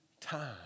time